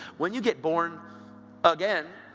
when you get born again,